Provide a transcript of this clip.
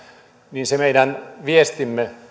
niin sitä meidän viestiämme